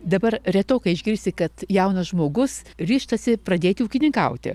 dabar retokai išgirsi kad jaunas žmogus ryžtasi pradėti ūkininkauti